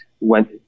went